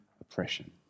oppression